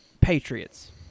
Patriots